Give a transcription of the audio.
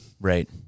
Right